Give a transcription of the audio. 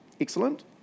Excellent